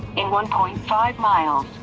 in one point five miles,